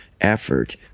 effort